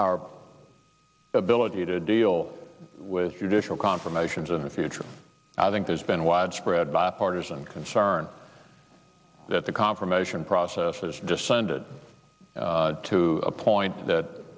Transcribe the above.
our ability to deal with your digital confirmations in the future i think there's been widespread bipartisan concern that the confirmation process has descended to a point that